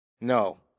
No